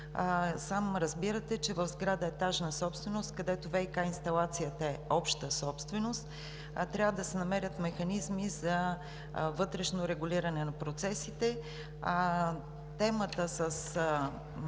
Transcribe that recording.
Сам разбирате, че в сграда етажна собственост, където ВиК инсталацията е обща собственост, трябва да се намерят механизми за вътрешно регулиране на процесите. Темата със